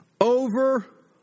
Over